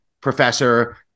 professor